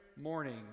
morning